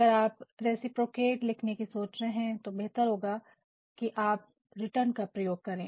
अगर आप 'रिसिप्रोकेट' लिखने की सोच रहे हैं तो बेहतर होगा कि आप ' रिटर्न' का प्रयोग करें